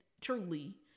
truly